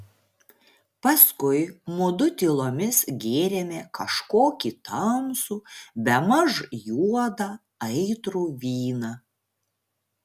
paskui mudu tylomis gėrėme kažkokį tamsų bemaž juodą aitrų vyną